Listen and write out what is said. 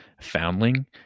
foundling